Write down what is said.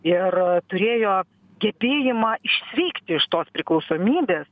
ir turėjo gebėjimą išsveikti iš tos priklausomybės